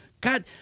God